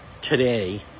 today